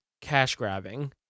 cash-grabbing